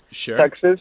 Texas